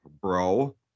bro